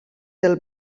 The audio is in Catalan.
del